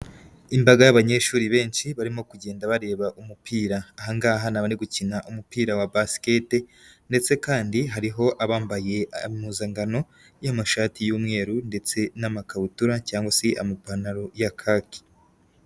Imbaga y'abanyeshuri benshi barimo kugenda bareba umupira, aha ngaha ni abari gukina umupira wa basikete ndetse kandi hariho abambaye impuzangano y'amashati y'umweru ndetse n'amakabutura cyangwa si amapantaro ya kaki.